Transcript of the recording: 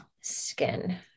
skin